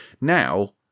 Now